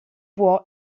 può